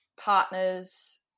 partners